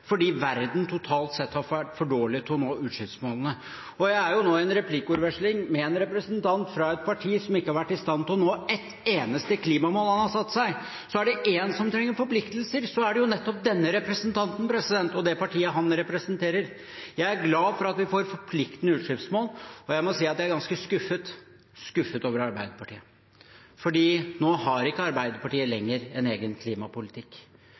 fordi verden totalt sett har vært for dårlig til å nå utslippsmålene. Jeg er nå i en replikkveksling med en representant fra et parti som ikke har vært i stand til å nå ett eneste klimamål de har satt seg. Er det én som trenger forpliktelser, er det nettopp denne representanten og det partiet han representerer. Jeg er glad for at vi får forpliktende utslippsmål, og jeg må si at jeg er ganske skuffet – skuffet over Arbeiderpartiet – fordi Arbeiderpartiet ikke lenger har en egen klimapolitikk.